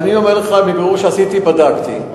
אני אומר לך, מבירור שעשיתי, בדקתי.